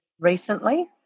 recently